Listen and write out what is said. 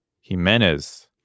Jimenez